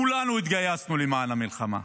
כולנו התגייסנו למען המלחמה,